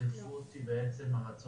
הדיון לקריאה